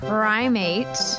primate